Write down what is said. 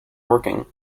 working